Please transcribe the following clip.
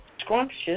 scrumptious